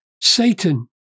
Satan